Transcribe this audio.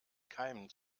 keimen